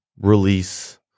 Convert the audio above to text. release